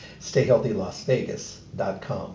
StayHealthyLasVegas.com